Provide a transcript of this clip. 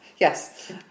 Yes